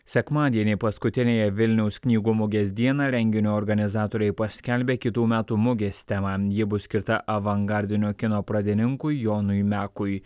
sekmadienį paskutiniąją vilniaus knygų mugės dieną renginio organizatoriai paskelbė kitų metų mugės temą ji bus skirta avangardinio kino pradininkui jonui mekui